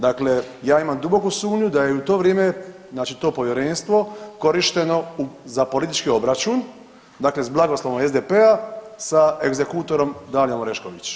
Dakle, ja imam duboku sumnju da je i u to vrijeme znači to povjerenstvo korišteno za politički obračun dakle s blagoslovom SDP-a sa egzekutorom Dalijom Orešković.